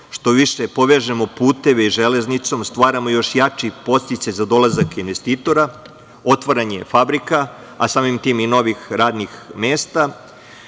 što više povežemo puteve železnicom, stvaramo još jači podsticaj za dolazak investitora, otvaranje fabrika, a samim tim i novih radnih mesta.